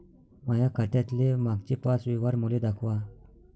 माया खात्यातले मागचे पाच व्यवहार मले दाखवा